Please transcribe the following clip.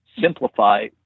simplify